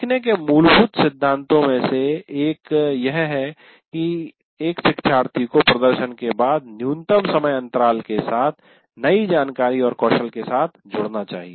सीखने के मूलभूत सिद्धांतों में से एक यह है कि एक शिक्षार्थी को प्रदर्शन के बाद न्यूनतम समय अंतराल के साथ नई जानकारी और कौशल के साथ जुड़ना चाहिए